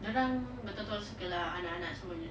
dorang betul-betul suka lah anak-anak semua